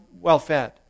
well-fed